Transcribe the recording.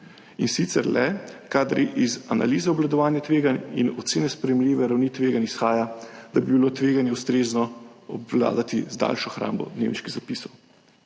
in sicer le kadar iz analize obvladovanja tveganj in ocene sprejemljive ravni tveganj izhaja, da bi bilo tveganje ustrezno obvladati z daljšo hrambo dnevniških zapisov.